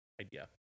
idea